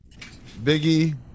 Biggie